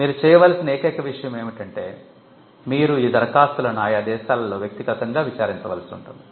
మీరు చేయవలసిన ఏకైక విషయం ఏమిటంటే మీరు ఈ దరఖాస్తులను ఆయా దేశాలలో వ్యక్తిగతంగా విచారించవలసి ఉంటుంది